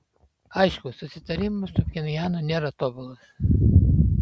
aišku susitarimas su pchenjanu nėra tobulas